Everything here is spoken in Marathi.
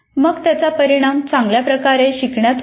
मग त्याचा परिणाम चांगल्याप्रकारे शिकण्यात होईल